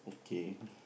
okay